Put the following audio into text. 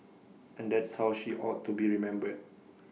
and that's how she ought to be remembered